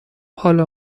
حالا